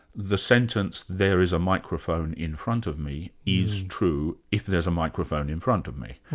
the sentence there is a microphone in front of me is true if there's a microphone in front of me.